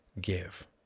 give